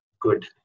good